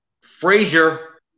Frazier